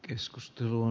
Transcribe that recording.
keskustelu